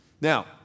Now